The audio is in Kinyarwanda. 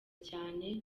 cyane